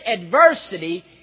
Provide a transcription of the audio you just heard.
adversity